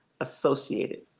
associated